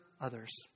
others